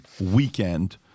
weekend